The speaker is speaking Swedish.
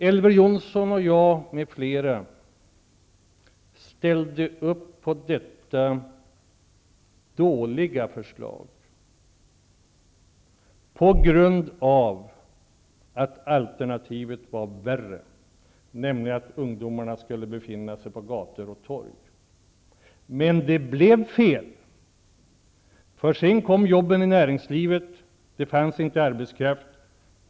Elver Jonsson, jag och ännu fler ställde upp på detta dåliga förslag på grund av att alternativet var värre, nämligen att ungdomarna skulle befinna sig på gator och torg. Men det blev fel. Sedan kom jobben i näringlivet. Det fanns inte arbetskraft.